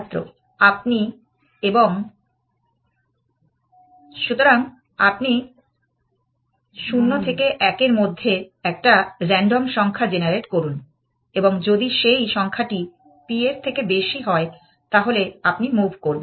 ছাত্র আপনি এবং ছাত্র সুতরাং আপনি 0 থেকে 1 এর মধ্যে একটা রান্ডম সংখ্যা জেনারেট করুন এবং যদি সেই সংখ্যাটি p এর থেকে বেশি হয় তাহলে আপনি মুভ করবেন